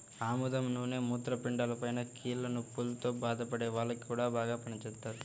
ఆముదం నూనె మూత్రపిండాలపైన, కీళ్ల నొప్పుల్తో బాధపడే వాల్లకి గూడా బాగా పనిజేత్తది